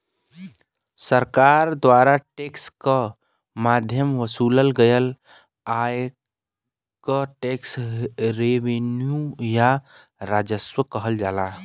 सरकार द्वारा टैक्स क माध्यम वसूलल गयल आय क टैक्स रेवेन्यू या राजस्व कहल जाला